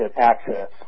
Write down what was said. access